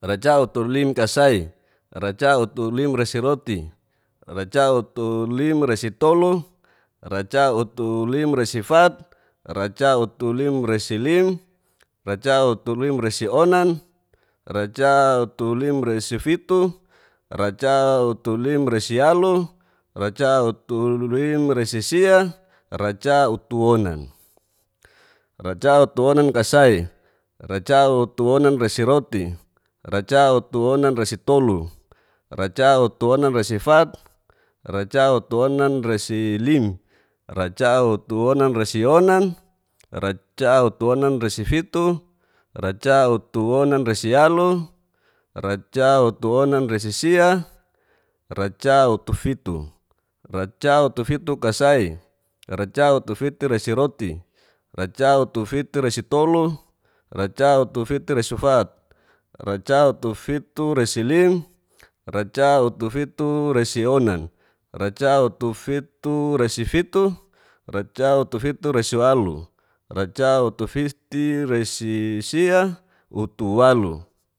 racautulimresikasai, racautulimresiroti, racautulimresitolu, racautulimresifat, racautulimrasilim, racautulimrasionan, racaulutimrasifitu. racaulutimrasialu, racautulimsarikasia. racautuonan, racautuonanrasikasai, racautuonanrasiroti, racautuonanrasitolu. racautuonanrasifat, racautuonanrasilim racautuonanrasionan, racautuonanrasifitu, racautuonanrasialu. racautuonanrasisia, racautufitu, racautufitukasai, sacautufiturasiroti, racautufiturasitolu, racautufirurasifat. racautufiturasilim, racautufiturasionan, racautufituresifitu, racautufiturasialu, racautusirurasisia,